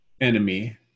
enemy